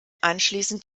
anschließend